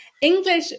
English